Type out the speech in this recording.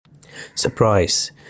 Surprise